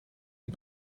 die